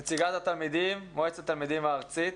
נציגת התלמידים, מועצת התלמידים הארצית.